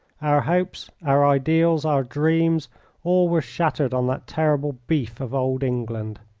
our hopes, our ideals, our dreams all were shattered on that terrible beef of old england.